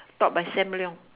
taught by sam-leong